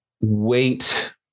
wait